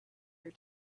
your